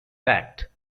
sacked